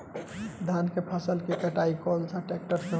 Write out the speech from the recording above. धान के फसल के कटाई कौन सा ट्रैक्टर से करी?